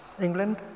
England